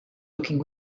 looking